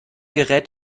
gerät